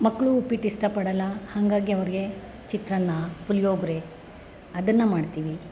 ಮಕ್ಕಳು ಉಪ್ಪಿಟ್ಟು ಇಷ್ಟ ಪಡಲ್ಲ ಹಾಗಾಗಿ ಅವ್ರಿಗೆ ಚಿತ್ರಾನ್ನ ಪುಳಿಯೋಗ್ರೆ ಅದನ್ನು ಮಾಡ್ತೀವಿ